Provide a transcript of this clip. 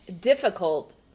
difficult